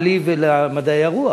מה לי ולמדעי הרוח?